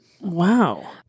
Wow